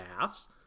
ass